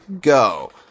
go